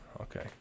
Okay